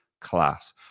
Class